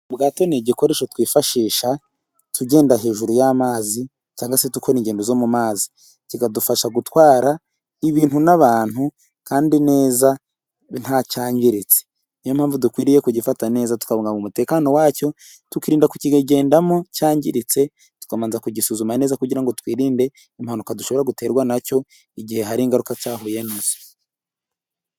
Ubwato ni igikoresho twifashisha tugenda hejuru y'amazi, cyangwa se dukora ingendo zo mu mazi. Kikadufasha gutwara ibintu n'abantu kandi neza, ntacyangiritse. Niyo mpamvu dukwiriye kugifata neza tukabugabunga umutekano wacyo, tukirinda kukigendamo cyangiritse. Tukabanza kugisuzuma neza kugira ngo twirinde impanuka, dushobora guterwa na cyo igihe hari ingaruka cyahuye na zo.